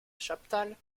chaptal